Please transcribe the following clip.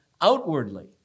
outwardly